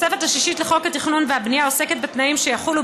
התוספת השישית לחוק התכנון והבנייה עוסקת בתנאים שיחולו